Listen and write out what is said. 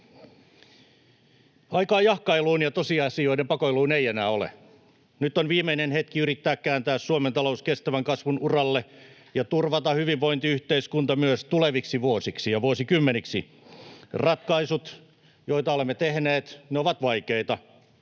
Aikaa jahkailuun ja tosiasioiden pakoiluun ei enää ole. Nyt on viimeinen hetki yrittää kääntää Suomen talous kestävän kasvun uralle ja turvata hyvinvointiyhteiskunta myös tuleviksi vuosiksi ja vuosikymmeniksi. Ratkaisut, joita olemme tehneet, ovat vaikeita,